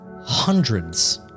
hundreds